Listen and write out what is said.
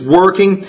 working